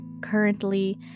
currently